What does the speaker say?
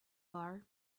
bar